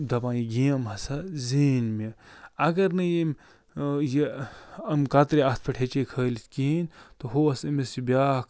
دَپان یہِ گیم ہَسا زیٖنۍ مےٚ اگر نہٕ ییٚمہِ یہِ یِم کترِ اَتھ پٮ۪ٹھ ہیٚچے کھٲلِتھ کِہیٖنۍ تہٕ ہُہ اوس أمِس یہِ بیٛاکھ